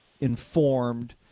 informed